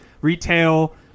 retail